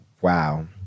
Wow